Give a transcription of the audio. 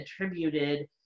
attributed